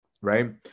Right